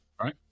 Right